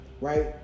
right